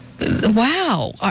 wow